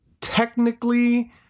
technically